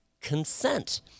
consent